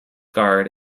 guard